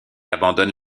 abandonne